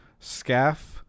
Scaff